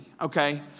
okay